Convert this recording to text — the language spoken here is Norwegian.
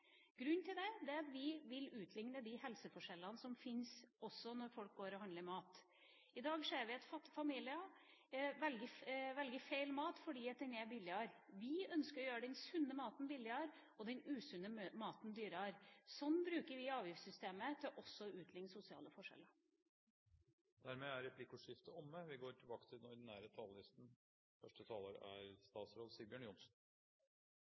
Grunnen til det er at vi vil utligne de helseforskjellene som fins, også når folk går og handler mat. I dag ser vi at fattige familier velger feil mat fordi den er billigere. Vi ønsker å gjøre den sunne maten billigere og den usunne maten dyrere. Sånn bruker vi avgiftssystemet til også å utligne sosiale forskjeller. Replikkordskiftet er omme. Det er de tusener som har bygd, og som bygger, landet. Generasjonene før oss har lagt til